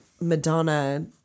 Madonna